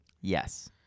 Yes